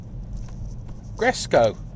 Gresco